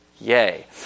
Yay